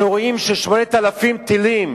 אנחנו רואים ש-8,000 טילים